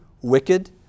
wicked